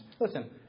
Listen